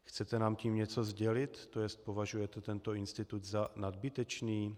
Chcete nám tím něco sdělit, to jest považujete tento institut za nadbytečný?